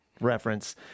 reference